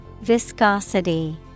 Viscosity